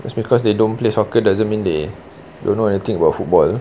just because they don't play soccer doesn't mean they don't know anything about football